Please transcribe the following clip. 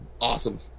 awesome